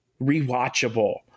rewatchable